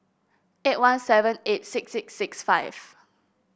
eight one seven eight six six six five